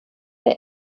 der